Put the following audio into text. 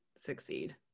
succeed